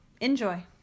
Enjoy